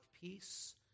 peace